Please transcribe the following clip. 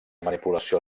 manipulació